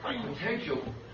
potential